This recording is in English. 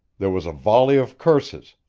there was a volley of curses,